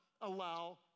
allow